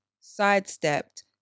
sidestepped